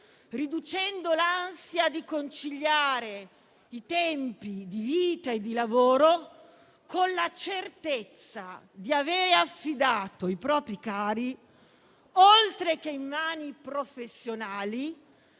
riducendo l'ansia di conciliare i tempi di vita e di lavoro con la certezza di avere affidato i propri cari in mani, oltre che professionali,